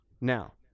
Now